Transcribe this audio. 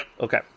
Okay